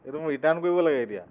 এইটো মোৰ ৰিটাৰ্ণ কৰিব লাগে এতিয়া